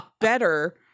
better